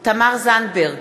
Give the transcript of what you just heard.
תמר זנדברג,